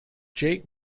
jack